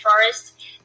forest